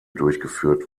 durchgeführt